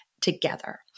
together